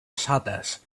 shutters